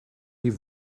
die